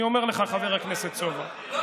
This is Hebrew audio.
אני אומר לך, חבר הכנסת סובה.